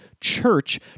Church